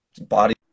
body